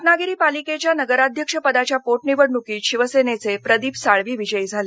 रत्नागिरी पालिकेच्या नगराध्यक्षपदाच्या पोटनिवडणुकीत शिवसेनेचे प्रदीप साळवी विजयी झाले